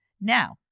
now